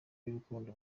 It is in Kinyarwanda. y’urukundo